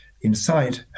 inside